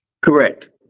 Correct